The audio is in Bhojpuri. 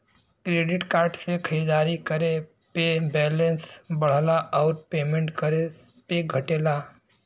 क्रेडिट कार्ड से खरीदारी करे पे बैलेंस बढ़ला आउर पेमेंट करे पे घटला